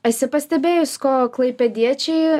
esi pastebėjus ko klaipėdiečiai